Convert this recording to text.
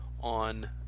on